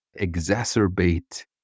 exacerbate